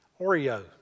Oreo